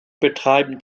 betreiben